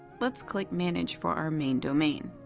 let's click manage for our main domain.